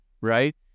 right